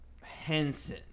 Henson